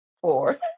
four